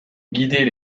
guider